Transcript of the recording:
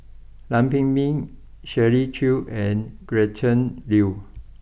Lam Pin Min Shirley Chew and Gretchen Liu